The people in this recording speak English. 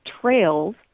trails